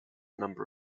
number